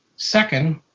second,